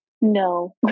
no